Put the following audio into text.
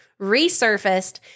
resurfaced